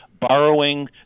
borrowing